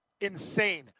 insane